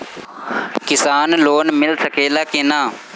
किसान लोन मिल सकेला कि न?